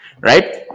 right